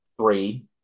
three